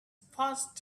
passed